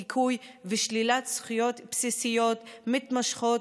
דיכוי ושלילת זכויות בסיסיות מתמשכת,